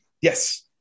Yes